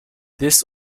this